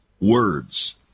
words